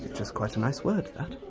just quite a nice word, that.